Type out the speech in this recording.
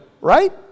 Right